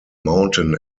mountain